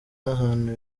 n’ahantu